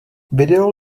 video